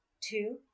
two